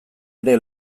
ere